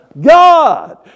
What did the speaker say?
God